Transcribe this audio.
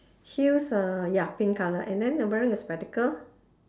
heels err ya pink colour and then wearing a spectacle